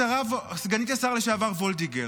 סגנית השר לשעבר וולדיגר,